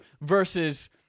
Versus